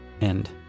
end